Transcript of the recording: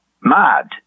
mad